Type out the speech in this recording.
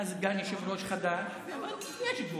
אתה סגן יושב-ראש חדש, אבל יש גבול.